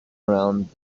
around